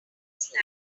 first